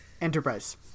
Enterprise